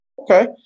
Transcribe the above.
Okay